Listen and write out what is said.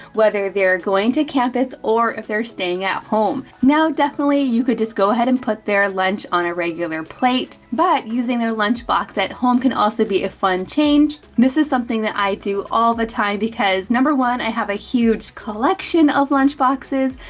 whether they're going to campus or if they're staying at home. now definitely you could just go ahead and put their lunch on a regular plate. but, using their lunch box at home can also be a fun change. this is something that i do all the time, because number one, i have a huge collection of lunchboxes.